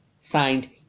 Signed